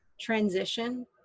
transition